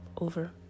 over